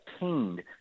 attained